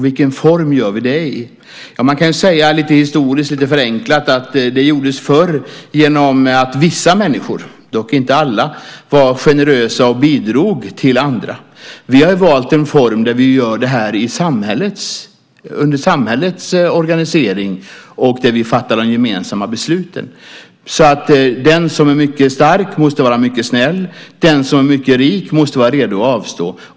Vilken form gör vi det i? Lite historiskt och förenklat kan man säga att det förr gjordes genom att vissa människor, dock inte alla, var generösa och bidrog till andra. Vi har valt en form där vi gör det under samhällets organisering och där vi fattar de gemensamma besluten. Den som är mycket stark måste vara mycket snäll. Den som är mycket rik måste vara redo att avstå.